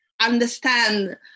understand